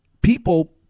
people